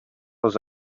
els